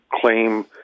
claim